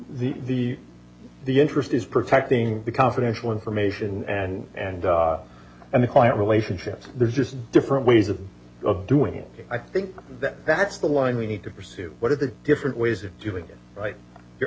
the the the interest is protecting the confidential information and and and the client relationships there's just different ways of doing it i think that that's the line we need to pursue what is it different ways of doing it